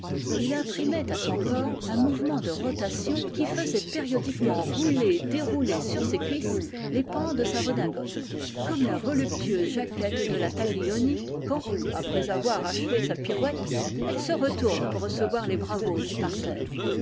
il imprimait à son corps un mouvement de rotation qui faisait périodiquement rouler et dérouler sur ses cuisses les pans de sa redingote comme la voluptueuse jaquette de la taglioni quand après avoir achevé sa pirouette elle se retourne pour recevoir les bravos du parterre